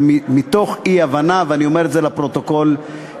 זה מתוך אי-הבנה, ואני אומר את זה לפרוטוקול בלבד.